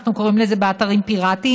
אנחנו קוראים לזה אתרים פיראטיים,